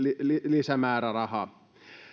lisämäärärahaa